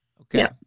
Okay